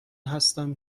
هستم